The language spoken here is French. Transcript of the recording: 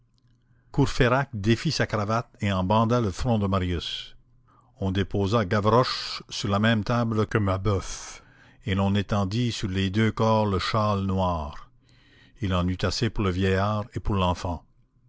courfeyrac défit sa cravate et en banda le front de marius on déposa gavroche sur la même table que mabeuf et l'on étendit sur les deux corps le châle noir il y en eut assez pour le vieillard et pour l'enfant